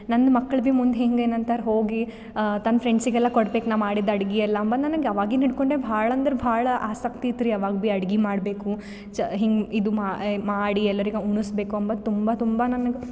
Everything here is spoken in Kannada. ನಂದು ಮಕ್ಳು ಭೀ ಮುಂದೆ ಹಿಂಗೆ ಏನು ಅಂತಾರೆ ಹೋಗಿ ತನ್ನ ಫ್ರೆಂಡ್ಸಗೆಲ್ಲ ಕೊಡ್ಬೇಕು ನಾ ಮಾಡಿದ ಅಡ್ಗೆ ಎಲ್ಲ ಅನ್ನೋದು ನನಗೆ ಆವಾಗಿನ ಹಿಡ್ಕೊಂಡೆ ಭಾಳ ಅಂದ್ರೆ ಭಾಳ ಆಸಕ್ತಿ ಇತ್ತು ರೀ ಯಾವಾಗ ಭಿ ಅಡ್ಗೆ ಮಾಡಬೇಕು ಚ ಹಿಂಗೆ ಇದು ಮಾಡಿ ಎಲ್ಲರಿಗೆ ಉಣಿಸ್ಬೇಕು ಅನ್ನೋದು ತುಂಬ ತುಂಬ ನನಗೆ